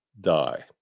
die